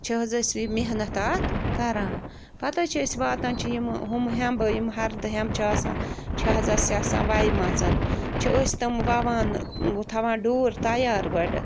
چھِ حظ أسۍ محنت اَتھ کَران پتہٕ حظ چھِ أسۍ واتان چھِ یِمہٕ ہُمہٕ ہیٚمبہٕ یِم ہردٕ ہیٚمبہٕ چھِ آسان چھِ حظ اسہِ آسان وَیٚمَژ چھِ أسۍ تِم وَوان تھاوان ڈوٗر تَیار گۄڈٕ